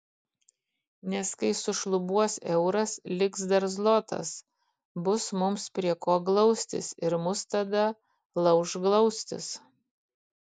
nes kai sušlubuos euras liks dar zlotas bus mums prie ko glaustis ir mus tada lauš glaustis